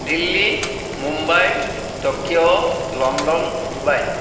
Delhi Mumbai Tokyo London Dubai